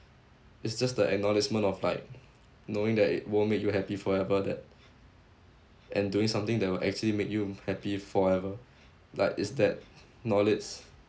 it's just the acknowledgment of like knowing that it won't make you happy forever that and doing something that will actually make you happy forever like is that knowledge